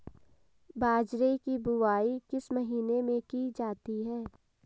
बाजरे की बुवाई किस महीने में की जाती है?